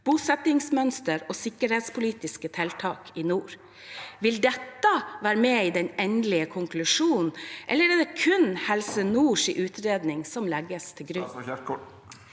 bosettingsmønster og sikkerhetspolitiske tiltak i nord. Vil dette være med i den endelige konklusjonen, eller er det kun Helse Nords utredning som legges til grunn?